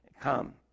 come